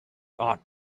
ought